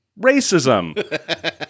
racism